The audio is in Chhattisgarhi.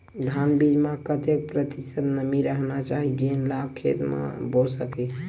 धान बीज म कतेक प्रतिशत नमी रहना चाही जेन ला खेत म बो सके?